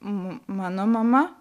mano mama